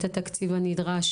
את התקציב הנדרש.